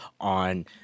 on